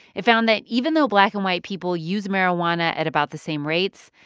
it found that even though black and white people use marijuana at about the same rates,